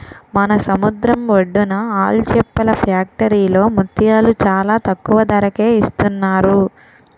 మన సముద్రం ఒడ్డున ఆల్చిప్పల ఫ్యాక్టరీలో ముత్యాలు చాలా తక్కువ ధరకే ఇస్తున్నారు